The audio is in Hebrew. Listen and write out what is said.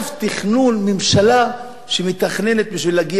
ממשלה שמתכננת בשביל להגיע למצב כזה,